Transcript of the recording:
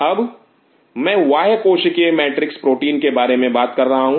अब मैं बाह्य कोशिकीय मैट्रिक्स प्रोटीन के बारे में बात कर रहा हूं